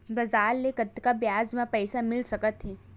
बजार ले कतका ब्याज म पईसा मिल सकत हे?